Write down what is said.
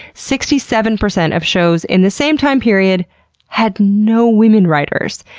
sixty seven percent of shows in the same time period had no women writers.